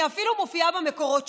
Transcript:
היא אפילו מופיעה במקורות,